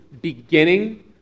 beginning